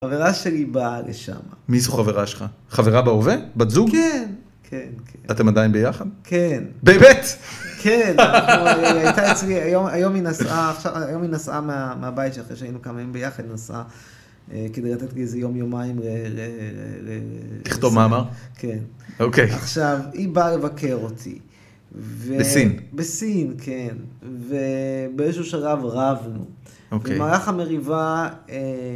חברה שלי באה לשם. מי זו חברה שלך? חברה בהווה? בת זוג? כן, כן. אתם עדיין ביחד? כן. באמת? כן, הייתה אצלי היום, היום היא נסעה, היום היא נסעה מהבית שלך, כשהיינו קמים ביחד, נסעה כדי לתת לי איזה יום-יומיים ל... לכתוב מאמר? כן. אוקיי. עכשיו, היא באה לבקר אותי. בסין? בסין, כן. ובאיזשהו שלב רבנו. אוקיי. במהלך המריבה...